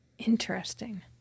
Interesting